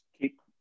Keep